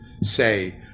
say